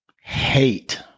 hate